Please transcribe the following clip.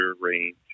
range